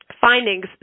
findings